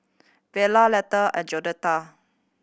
Vella Letha and Joette